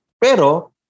Pero